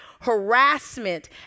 harassment